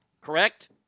Correct